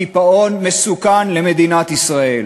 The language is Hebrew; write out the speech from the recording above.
הקיפאון מסוכן למדינת ישראל.